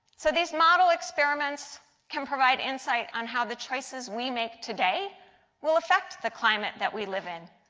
so these model experiments can provide insight on how the choices we make today will affect the climate that we live in.